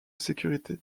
sécurité